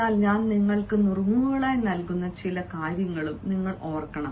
എന്നാൽ ഞാൻ നിങ്ങൾക്ക് നുറുങ്ങുകളായി നൽകുന്ന ചില കാര്യങ്ങളും നിങ്ങൾ ഓർക്കണം